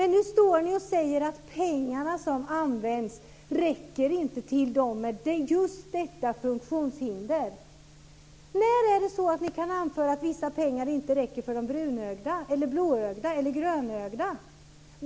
Nu står ni och säger att pengarna som används inte räcker till dem med just detta funktionshinder. När kan ni anföra att vissa pengar inte räcker för de brunögda, blåögda eller grönögda?